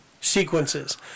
sequences